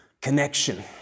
connection